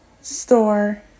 Store